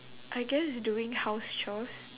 I guess doing house chores